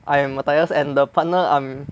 I am Matthias and the partner I'm